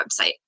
website